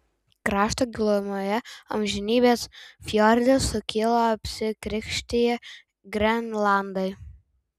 krašto gilumoje amžinybės fjorde sukyla apsikrikštiję grenlandai